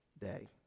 day